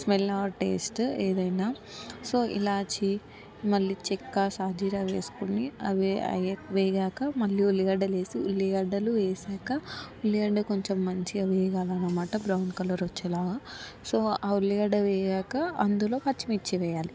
smell or taste ఏదైనా so ఇలాచి మళ్ళీ చెక్క సాజీర వేస్కొని అవి వేగాక మళ్ళీ ఉల్లిగడ్డలు వేసి ఉల్లిగడ్డలు వేసాక ఉల్లిగడ్డలు కొంచెం మంచిగా వేగలనమాట బ్రౌన్ కలర్ వచ్చేలాగా సో ఆ ఉల్లిగడ్డ వేగాక అందులో పచ్చిమిర్చి వెయ్యాలి